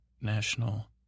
National